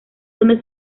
donde